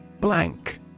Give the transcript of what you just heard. Blank